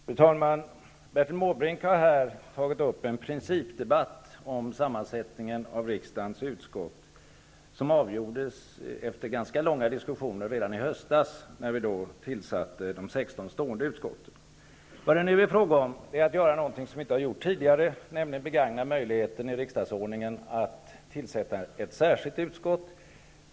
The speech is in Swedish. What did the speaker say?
Fru talman! Bertil Måbrink har tagit upp en principdebatt om sammansättningen av riksdagens utskott. Frågan avgjordes efter ganska långa diskussioner redan i höstas, när vi tillsatte de 16 Nu är det fråga om att göra något som inte har gjorts tidigare, nämligen begagna möjligheten i riksdagsordningen att tillsätta ett särskilt utskott.